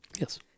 Yes